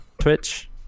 Twitch